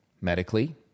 medically